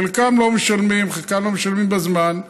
חלקם לא משלמים, חלקם לא משלמים בזמן.